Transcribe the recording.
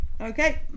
Okay